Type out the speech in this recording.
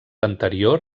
anterior